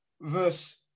Verse